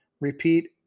repeat